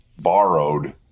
borrowed